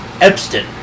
Epstein